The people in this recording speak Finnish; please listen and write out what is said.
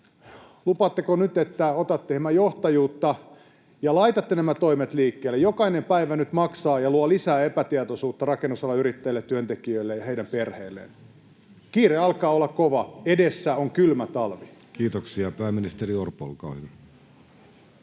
lupaatteko nyt, että otatte hieman johtajuutta ja laitatte nämä toimet liikkeelle? Jokainen päivä nyt maksaa ja luo lisää epätietoisuutta rakennusalan yrittäjille, työntekijöille ja heidän perheilleen. Kiire alkaa olla kova. Edessä on kylmä talvi. Kiitoksia. — Pääministeri Orpo, olkaa hyvä.